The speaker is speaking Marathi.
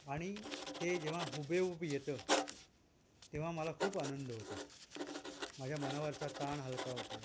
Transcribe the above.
आणि ते जेव्हा हुबेहुब येतं तेव्हा मला खूप आनंद होतो माझ्या मनावरचा ताण हलका होतो